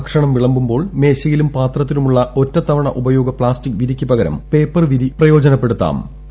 ഭക്ഷണം വിളമ്പുസ്ലോൾ ്മേശയിലും പാത്രത്തിലുമുള്ള ഒറ്റത്തവണ ഉപയോഗ പ്ലാസ്റ്റിക് വിരിക്ക് പേപ്പർ വിരി ഉപയോഗിക്കണം